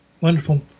wonderful